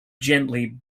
gently